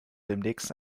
demnächst